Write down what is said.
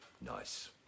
Nice